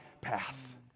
path